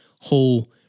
whole